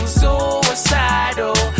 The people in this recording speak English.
suicidal